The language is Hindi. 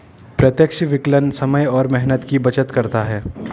प्रत्यक्ष विकलन समय और मेहनत की बचत करता है